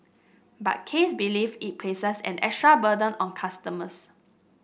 but Case believe it places an extra burden on customers